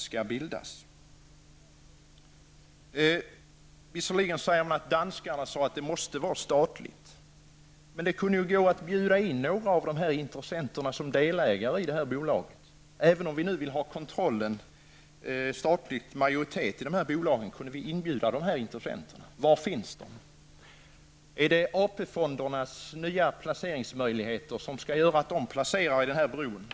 Man hänvisar visserligen till att danskarna uttalat att det måste vara ett statligt konsortium, men även om vi vill ha en statlig majoritet i bolagen kunde vi bjuda in några av intressenterna som delägare i dem. Men var finns de? Är det AP-fondernas nya placeringsmöjligheter som skall användas för placering i broprojektet?